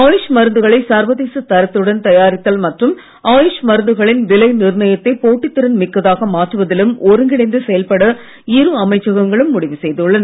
ஆயுஷ் மருந்துகளை சர்வதேச தரத்துடன் தயாரித்தல் மற்றும் ஆயுஷ் மருந்துகளின் விலை நிர்ணயத்தை போட்டித் திறன் மிக்கதாக மாற்றுவதிலும் ஒருங்கிணைந்து செயல்பட இரு அமைச்சகங்களும் முடிவு செய்துள்ளன